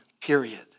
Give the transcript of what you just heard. period